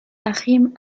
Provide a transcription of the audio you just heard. achim